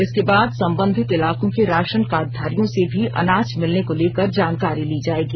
इसके बाद संबंधित इलाकों के राशन कार्डधारियों से भी अनाज मिलने को लेकर जानकारी ली जाएगी